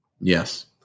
Yes